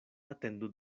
atendu